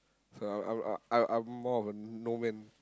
so I I I'm more of a no man